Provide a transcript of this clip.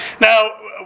Now